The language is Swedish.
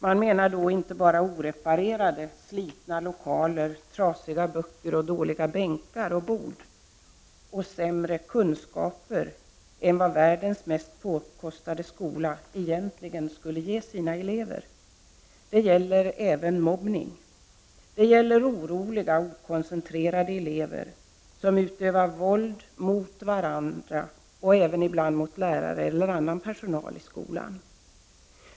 Man menar då inte bara oreparerade, slitna lokaler, trasiga böcker, dåliga bänkar och bord och sämre kunskaper än vad världens mest påkostade skola egentligen skulle kunna ge sina elever. Det gäller även mobbning. Det gäller oroliga, okoncentrerade elever, som utövar våld mot varandra och även ibland mot lärare eller annan personal i skolan.